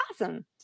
awesome